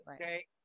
okay